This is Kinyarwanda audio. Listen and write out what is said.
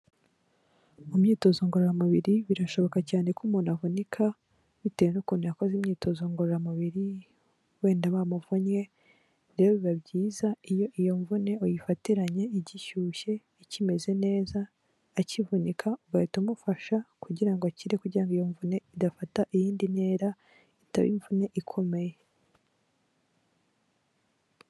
Mu myitozo ngororamubiri birashoboka cyane ko umuntu avunika bitewe n'ukuntu yakoze imyitozo ngororamubiri, wenda bamuvunnye, rero biba byiza iyo iyo mvune uyifatiranye igishyushye ikimeze neza, akivunika ugahita umufasha kugira ngo akire kugira ngo iyo mvune idafata iyindi ntera, itaba imvune ikomeye.